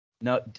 No